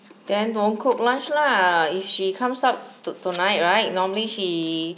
then don't cook lunch lah if she comes up to~ tonight right normally she